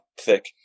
thick